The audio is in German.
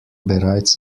bereits